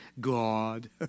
God